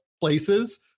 places